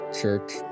Church